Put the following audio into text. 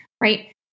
right